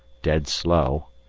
dead slow,